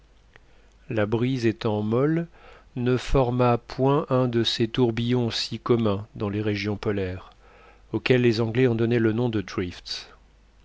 la brise étant molle ne forma point un de ces tourbillons si communs dans les régions polaires auxquels les anglais ont donné le nom de drifts